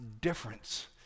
difference